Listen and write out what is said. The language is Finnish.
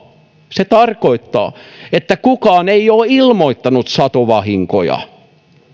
se tarkoittaa että kukaan ei ole ilmoittanut satovahinkoja